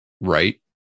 Right